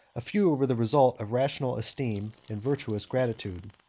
a few were the result of rational esteem and virtuous gratitude.